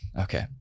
Okay